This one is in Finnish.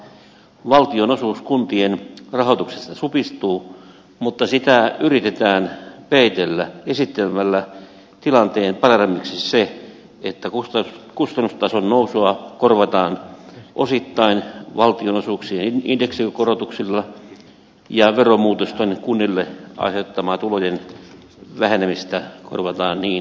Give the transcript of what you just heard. valtionosuus kuntien rahoituksesta supistuu mutta sitä yritetään peitellä esittelemällä tilanteen parantamiseksi se että kustannustason nousua korvataan osittain valtionosuuksien indeksikorotuksilla ja veromuutosten kunnille aiheuttamaa tulojen vähenemistä korvataan niin ikään